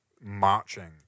marching